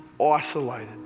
isolated